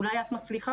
אולי את מצליחה,